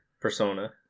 persona